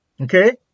Okay